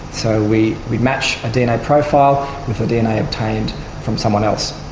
so we we match a dna profile with the dna obtained from someone else.